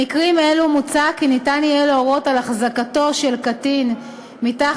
במקרים אלו מוצע כי ניתן יהיה להורות על החזקתו של קטין מתחת